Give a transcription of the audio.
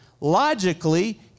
logically